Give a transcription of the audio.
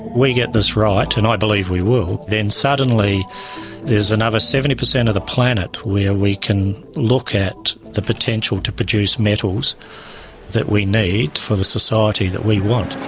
we get this right, and i believe we will, then suddenly there's another seventy percent of the planet where we can look at the potential to produce metals that we need for the society that we want.